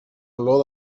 olor